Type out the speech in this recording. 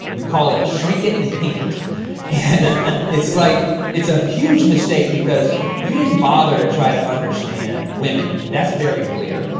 we call it shrink it and pink it and it's like it's a huge mistake because you didn't bother to try to understand women. that's very clear.